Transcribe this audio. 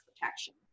protection